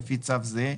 לפי צו זה,